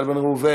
איל בן ראובן.